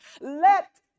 let